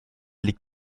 liegt